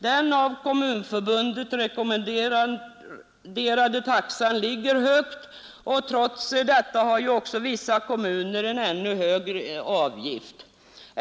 Den av Kommunförbundet rekommenderade taxan ligger högt, och trots detta har vissa kommuner en ännu högre avgift.